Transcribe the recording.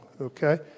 okay